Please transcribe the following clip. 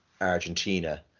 Argentina